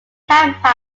tampa